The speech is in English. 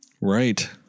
Right